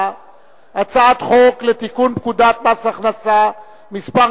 הצעת חוק לתיקון פקודת מס הכנסה (מס'